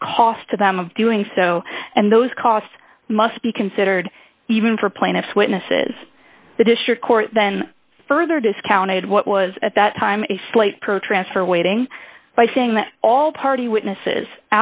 the cost to them of doing so and those costs must be considered even for plaintiff's witnesses the district court then further discounted what was at that time a slight pro transfer weighting by saying that all party witnesses